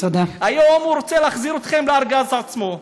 היום הוא רוצה להחזיר אתכם לארגז עצמו.